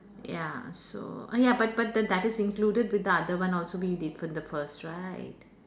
ya so !aiya! but but th~ that is included with the other one also we did from the first right